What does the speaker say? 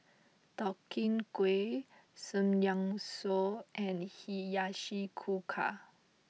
Deodeok Gui Samgyeopsal and Hiyashi Chuka